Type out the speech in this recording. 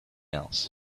else